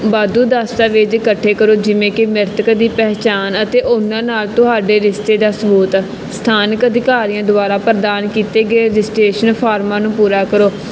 ਵਾਧੂ ਦਸਤਾਵੇਜ਼ ਇਕੱਠੇ ਕਰੋ ਜਿਵੇਂ ਕਿ ਮ੍ਰਿਤਕ ਦੀ ਪਹਿਚਾਣ ਅਤੇ ਉਹਨਾਂ ਨਾਲ ਤੁਹਾਡੇ ਰਿਸ਼ਤੇ ਦਾ ਸਬੂਤ ਸਥਾਨਕ ਅਧਿਕਾਰੀਆਂ ਦੁਆਰਾ ਪ੍ਰਦਾਨ ਕੀਤੇ ਗਏ ਰਜਿਸਟਰੇਸ਼ਨ ਫਾਰਮਾਂ ਨੂੰ ਪੂਰਾ ਕਰੋ